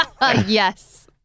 yes